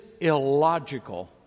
illogical